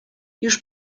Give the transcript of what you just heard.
już